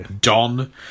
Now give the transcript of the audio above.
Don